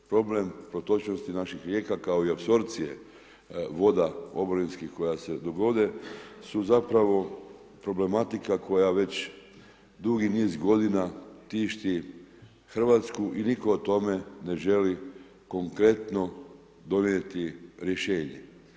Problem protočnosti naši rijeka kao i apsorpcije voda oborinskih koja se dogode su zapravo problematika koja već dugi niz godina tišti RH i nitko o tome ne želi konkretno donijeti rješenje.